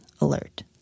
alert